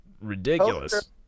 ridiculous